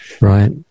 Right